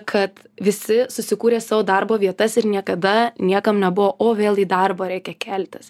kad visi susikūrė savo darbo vietas ir niekada niekam nebuvo o vėl į darbą reikia keltis